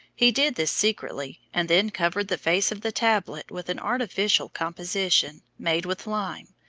he did this secretly, and then covered the face of the tablet with an artificial composition, made with lime,